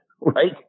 Right